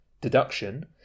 deduction